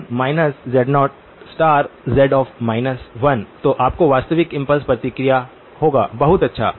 1 z0z 1 जो आपको वास्तविक इम्पल्स प्रतिक्रिया देगा बहुत अच्छा